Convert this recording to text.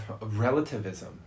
relativism